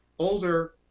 older